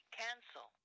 cancel